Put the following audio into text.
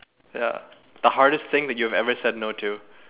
ya the hardest thing that you have ever said no to